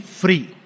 free।